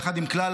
יחד עם כלל